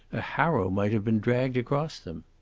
a harrow might have been dragged across them.